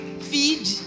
feed